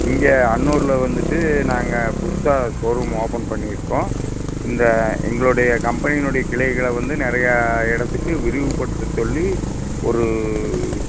இங்கே அன்னூரில் வந்துவிட்டு நாங்கள் புதுசாக ஷோரூம் ஓப்பன் பண்ணியிருக்கோம் இந்த எங்களுடைய கம்பெனியினுடைய கிளைகளை வந்து நிறைய இடத்துக்கு விரிவு படுத்த சொல்லி ஒரு